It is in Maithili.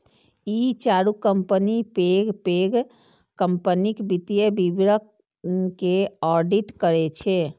ई चारू कंपनी पैघ पैघ कंपनीक वित्तीय विवरण के ऑडिट करै छै